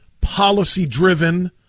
policy-driven